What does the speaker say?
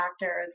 factors